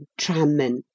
trammen